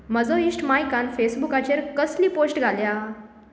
म्हजो इश्ट मायकान फेसबुकाचेर कसली पोस्ट घाल्या